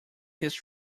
his